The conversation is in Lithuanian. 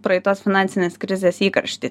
praeitos finansinės krizės įkaršty